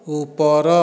ଉପର